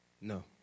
No